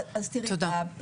אז תראי,